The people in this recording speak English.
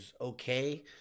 okay